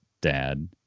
dad